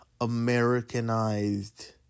Americanized